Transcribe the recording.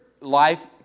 life